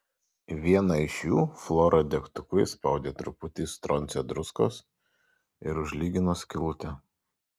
į vieną iš jų flora degtuku įspaudė truputį stroncio druskos ir užlygino skylutę